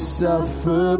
suffer